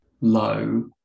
low